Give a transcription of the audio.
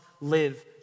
live